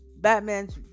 batman's